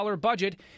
budget